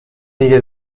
دیگه